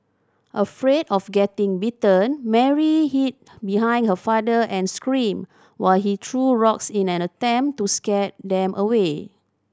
afraid of getting bitten Mary hid behind her father and screamed while he threw rocks in an attempt to scare them away